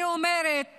אני אומרת